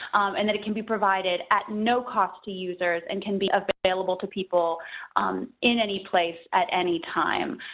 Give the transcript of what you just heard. and that it can be provided at no cost to users and can be available to people in any place at any time.